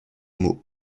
mot